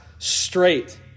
straight